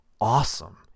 awesome